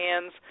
hands